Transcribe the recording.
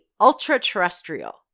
ultra-terrestrial